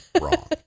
wrong